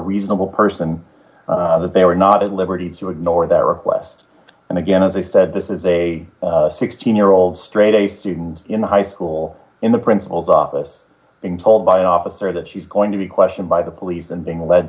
reasonable person that they were not at liberty to ignore that request and again as i said this is a sixteen year old straight a student in the high school in the principal's office being told by an officer that she's going to be questioned by the police and being led